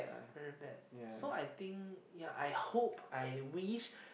very bad so I think I hope I wish